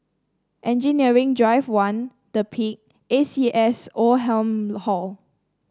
Engineering Drive One The Peak A C S Oldham Hall